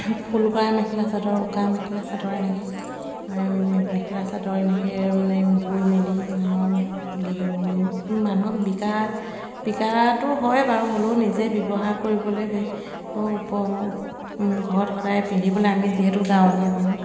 ফুল কৰা মেখেলা চাদৰ উকা মেখেলা চাদৰ এনেকৈ মেখেলা চাদৰ এনেকৈ মানে বৈ মেলি মানুহক মানুহক বিকা বিকাটো হয় বাৰু হ'লেও নিজে ব্যৱহাৰ কৰিবলৈ ও ঘৰত সদায় পিন্ধিবলৈ আমি যিহেতু গাঁৱলীয়া মানুহ